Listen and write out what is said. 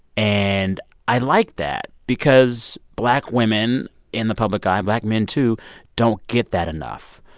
and i like that because black women in the public eye black men, too don't get that enough.